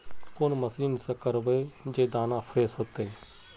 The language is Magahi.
कौन मशीन से करबे जे दाना फ्रेस होते?